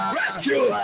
rescue